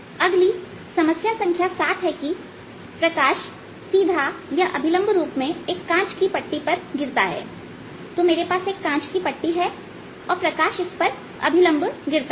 अगली सातवीं समस्या में यह है कि प्रकाश अभिलंब रूप में एक कांच की पट्टी पर गिरता है तो मेरे पास एक कांच की पट्टी है और प्रकाश इस पर अभिलंब गिरता है